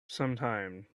sometime